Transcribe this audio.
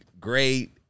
great